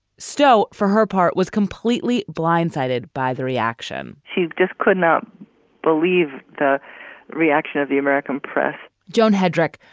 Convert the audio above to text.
stowe, for her part, was completely blindsided by the reaction she just could not believe the reaction of the american press john headrick,